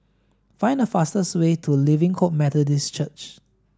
find the fastest way to Living Hope Methodist Church